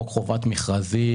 חוק חובת מכרזים,